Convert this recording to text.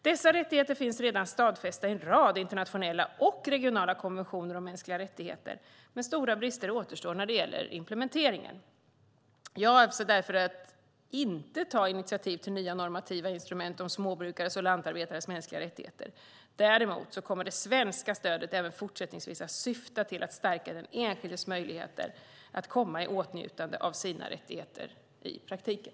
Dessa rättigheter finns redan stadfästa i en rad internationella och regionala konventioner om mänskliga rättigheter, men stora brister återstår när det gäller implementeringen. Jag avser därför inte att ta initiativ till nya normativa instrument om småbrukares och lantarbetares mänskliga rättigheter. Däremot kommer det svenska stödet även fortsättningsvis att syfta till att stärka den enskildes möjligheter att komma i åtnjutande av sina rättigheter i praktiken.